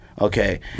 Okay